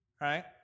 Right